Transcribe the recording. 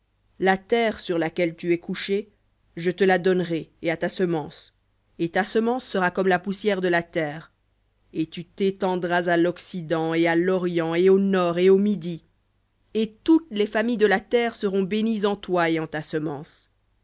la terre sur laquelle tu es couché je te la donnerai et à ta semence et ta semence sera comme la poussière de la terre et tu t'étendras à l'occident et à l'orient et au nord et au midi et toutes les familles de la terre seront bénies en toi et en ta semence